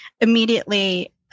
immediately